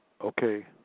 Okay